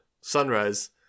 Sunrise